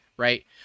right